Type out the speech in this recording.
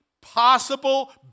possible